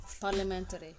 parliamentary